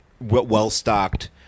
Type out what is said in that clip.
well-stocked